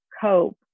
cope